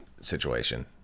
situation